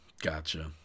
Gotcha